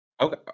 Okay